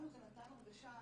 לנו זה נתן הרגשה,